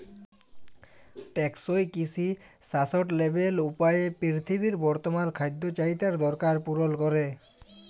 টেকসই কিসি সাসট্যালেবেল উপায়ে পিরথিবীর বর্তমাল খাদ্য চাহিদার দরকার পুরল ক্যরে